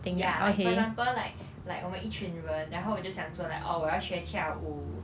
ya like for example like like 我们一群人然后就讲说 like oh 我要学跳舞